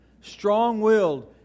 Strong-willed